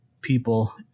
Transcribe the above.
people